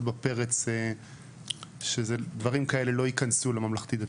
בפרץ שדברים כאלה לא ייכנסו לממלכתי דתי.